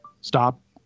stop